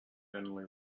generally